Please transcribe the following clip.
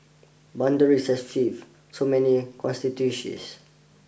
boundaries have shift so many constituencies